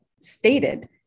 stated